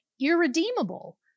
irredeemable